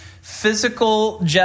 Physical